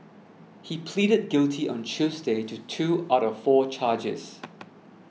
he pleaded guilty on Tuesday to two out of four charges